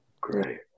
Great